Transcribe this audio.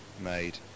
made